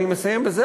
אני מסיים בזה,